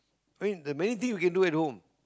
I mean the many thing you can do at home